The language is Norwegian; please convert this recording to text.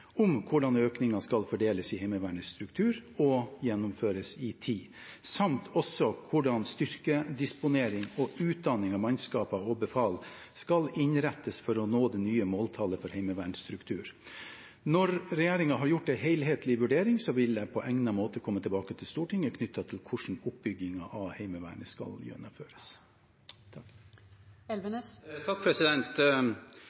hvordan økningen skal fordeles i Heimevernets struktur og gjennomføres i tid, samt hvordan styrkedisponering og utdanning av mannskaper og befal skal innrettes for å nå det nye måltallet for heimevernsstrukturen. Når regjeringen har gjort en helhetlig vurdering, vil jeg på egnet måte komme tilbake til Stortinget knyttet til hvordan oppbyggingen av Heimevernet skal gjennomføres.